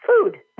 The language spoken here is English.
food